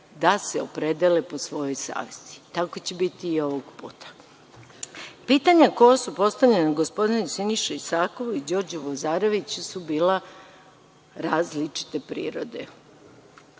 da se opredele po svojoj savesti. Tako će biti i ovoga puta. Pitanja koja su postavljena gospodinu Siniši Isakovu i Đorđu Vozareviću su bila različite prirode.